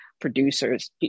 producers